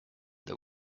that